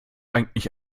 eigentlich